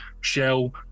shell